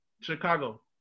Chicago